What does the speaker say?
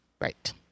right